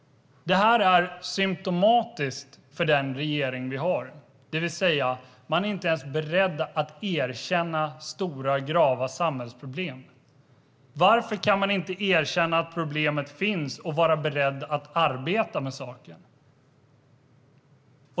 Det här är symtomatiskt för den regering vi har. Man är inte beredd att erkänna ens grava samhällsproblem. Varför kan man inte erkänna att problemet finns och vara beredd att arbeta med saken?